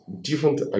different